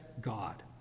God